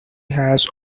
has